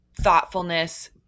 thoughtfulness